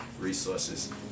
resources